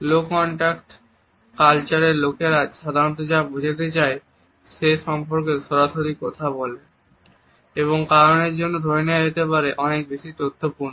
লো contact কালচারে লোকেরা সাধারণত যা বোঝাতে চায় সে সম্পর্কে সরাসরি কথা বলে এবং এই কারণের জন্য ধরে নেওয়া যেতে পারে অনেক বেশি তথ্যপূর্ণ